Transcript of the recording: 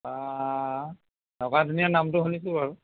অ' নগা ধনীয়া নামটো শুনিছো বাৰু